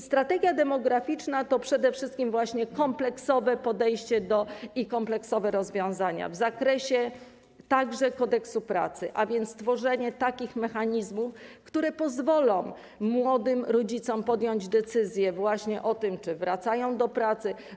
Strategia demograficzna to przede wszystkim kompleksowe podejście i kompleksowe rozwiązania także w zakresie Kodeksu pracy, a więc tworzenie takich mechanizmów, które pozwolą młodym rodzicom podjąć decyzję o tym, czy wracają do pracy.